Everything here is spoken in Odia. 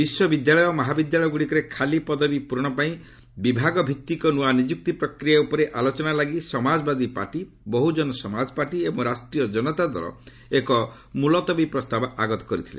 ବିଶ୍ୱବିଦ୍ୟାଳୟ ଓ ମହାବିଦ୍ୟାଳୟଗୁଡ଼ିକରେ ଖାଲି ପଦବୀ ପୂରଣପାଇଁ ବିଭାଗଭିତ୍ତିକ ନୂଆ ନିଯୁକ୍ତି ପ୍ରକ୍ରିୟା ଉପରେ ଆଲୋଚନା ଲାଗି ସମାଜବାଦୀ ପାର୍ଟି ବହୁଜନ ସମାଜ ପାର୍ଟି ଏବଂ ରାଷ୍ଟ୍ରୀୟ ଜନତା ଦଳ ଏକ ମୁଲତବୀ ପ୍ରସ୍ତାବ ଆଗତ କରିଥିଲେ